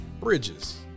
bridges